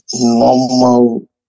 normal